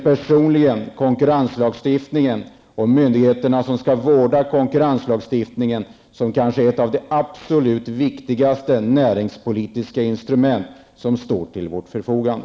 Personligen ser jag konkurrenslagstiftningen och de myndigheter som skall vårda denna som kanske ett av de absolut viktigaste näringspolitiska instrument som står till vårt förfogande.